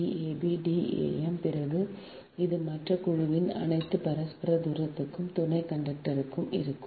D am பிறகு இது மற்ற குழுவின் அனைத்து பரஸ்பர தூரத்திற்கும் துணை கண்டக்டர் a க்கும் இருக்கும்